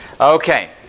Okay